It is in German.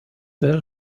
wäre